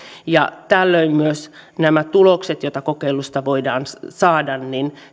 tällöin myös nämä tulokset joita kokeilusta voidaan saada